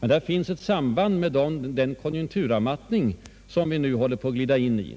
Men där finns det ett samband med en konjunkturavmattning som vi nu håller på att glida in i.